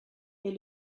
est